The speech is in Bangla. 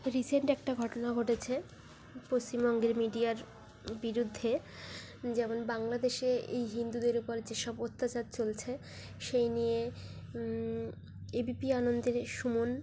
রিসেন্ট একটা ঘটনা ঘটেছে পশ্চিমবঙ্গের মিডিয়ার বিরুদ্ধে যেমন বাংলাদেশে এই হিন্দুদের উপর যেসব অত্যাচার চলছে সেই নিয়ে এ বি পি আনন্দের সুমন